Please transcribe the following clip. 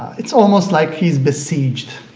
it's almost like he's besieged.